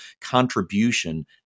contribution